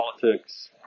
politics